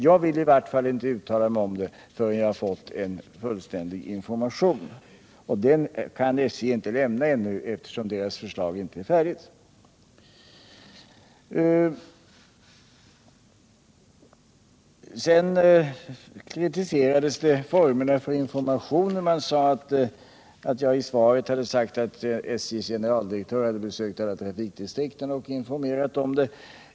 Jag vill i varje fall inte uttala mig förrän jag har fått en fullständig information. Den informationen kan SJ inte lämna ännu, eftersom dess förslag inte är färdigt. Vidare har formerna för informationen kritiserats. Det har påpekats att jag i svaret sagt att SJ:s generaldirektör har besökt samtliga trafikdistrikt och informerat om detta.